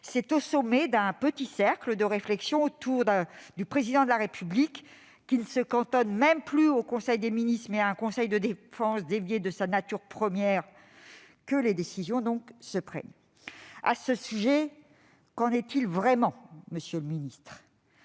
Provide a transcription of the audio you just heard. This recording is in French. c'est au sommet d'un petit cercle de réflexion autour du Président de la République, qui ne se cantonne même plus au Conseil des ministres, mais à un conseil de défense dévié de sa nature première, que les décisions se prennent. Qu'en est-il vraiment, monsieur le secrétaire